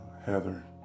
Heather